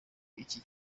iki